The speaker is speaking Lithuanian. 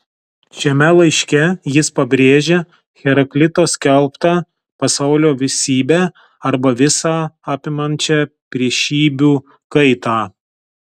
šiame laiške jis pabrėžia heraklito skelbtą pasaulio visybę arba visą apimančią priešybių kaitą